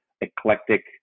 eclectic